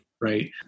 right